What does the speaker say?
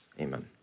amen